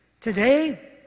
Today